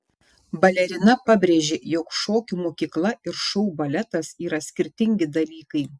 balerina pabrėžė jog šokių mokykla ir šou baletas yra skirtingi dalykai